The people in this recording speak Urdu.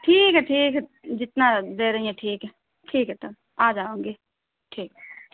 ٹھیک ہے ٹھیک ہے جتنا دے رہی ہیں ٹھیک ہے ٹھیک ہے تب آ جاؤں گی ٹھیک ہے